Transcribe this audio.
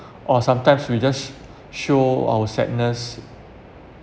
or sometimes we just show our sadness